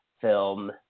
film